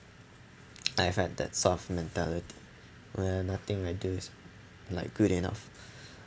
I've had that soft mentality where nothing I do is like good enough